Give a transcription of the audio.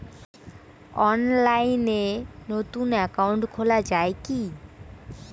অনলাইনে নতুন একাউন্ট খোলা য়ায় কি?